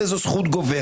אפשר לדעת?